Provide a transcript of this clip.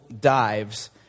dives